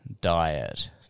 diet